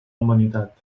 humanitat